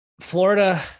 Florida